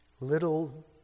little